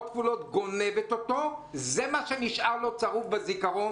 כפולות זה מה שנשאר לו צרוב בזיכרון.